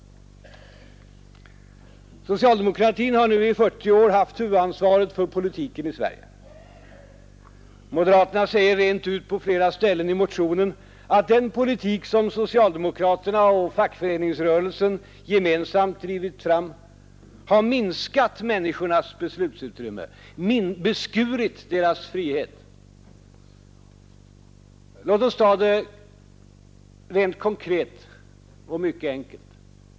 Socialdemokratin har nu i 40 år haft huvudansvaret för politiken i Sverige. Moderaterna säger rent ut på flera ställen i motionen att den politik som socialdemokraterna och fackföreningsrörelsen gemensamt drivit fram har minskat människornas beslutsutrymme, beskurit deras frihet. Låt oss ta det rent konkret och mycket enkelt.